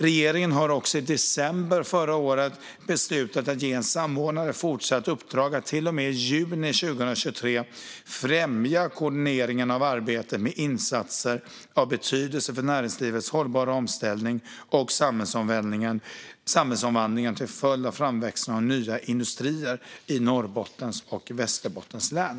Regeringen beslutade också i december 2022 att ge en samordnare fortsatt uppdrag att till och med juni 2023 främja koordineringen av arbetet med insatser av betydelse för näringslivets hållbara omställning och samhällsomvandlingen till följd av framväxten av nya industrier i Norrbottens och Västerbottens län.